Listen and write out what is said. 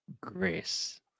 Grace